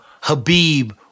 Habib